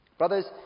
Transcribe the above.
brothers